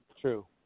true